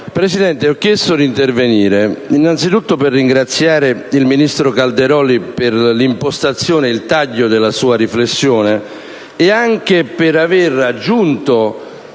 Presidente, ho chiesto di intervenire innanzitutto per ringraziare il ministro Calderoli per l'impostazione e il taglio della sua riflessione e anche per aver sottolineato